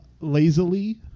Lazily